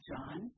John